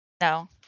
no